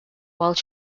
while